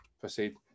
proceed